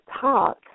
talk